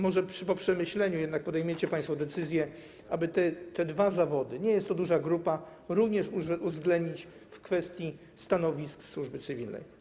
Może po przemyśleniu podejmiecie jednak państwo decyzję, aby te dwa zawody - nie jest to duża grupa - również uwzględnić w zakresie stanowisk służby cywilnej.